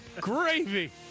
gravy